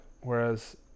whereas